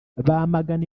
bamagana